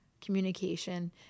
communication